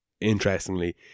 Interestingly